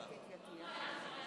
החוקה, חוק ומשפט נתקבלה.